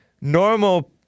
Normal